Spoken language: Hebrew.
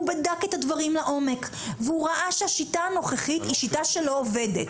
בדק את הדברים לעומק והוא ראה שהשיטה הנוכחית היא שיטה שלא עובדת.